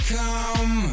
come